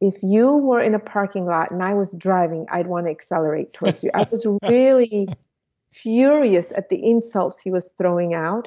if you were in a parking lot and i was driving i'd want to accelerate towards you. i was really furious at the insults he was throwing out.